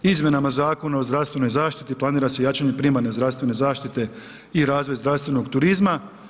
Izmjenama Zakona o zdravstvenoj zaštiti planira se jačanje primarne zdravstvene zaštite i razvoj zdravstvenog turizma.